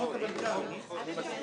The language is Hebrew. אני מבקש